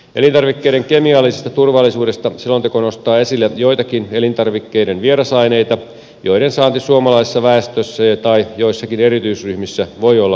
elintarvikkeiden kemiallisesta turvallisuudesta selonteko nostaa esille joitakin elintarvikkeiden vierasaineita joiden saanti suomalaisessa väestössä tai joissakin erityisryhmissä voi olla liian suurta